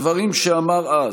הדברים שאמר אז,